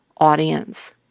audience